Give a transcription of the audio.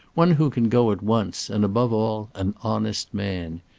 one who can go at once, and, above all, an honest man.